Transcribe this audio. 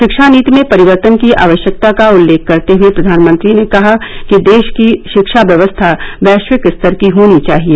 शिक्षा नीति में परिवर्तन की आवश्यकता का उल्लेख करते हए प्रधानमंत्री ने कहा कि देश की शिक्षा व्यवस्था वैश्विक स्तर की होनी चाहिए